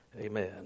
Amen